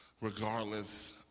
regardless